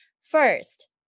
First